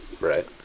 Right